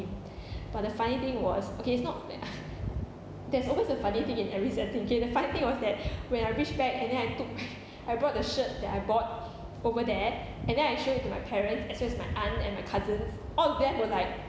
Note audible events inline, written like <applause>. but the funny thing was okay it's not that <noise> there's always a funny thing in every sad thing okay the funny thing was that when I reach back and then I took <noise> I brought the shirt that I bought over there and then I show it to my parents especially my aunt and my cousins all of them were like